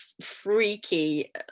freaky